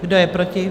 Kdo je proti?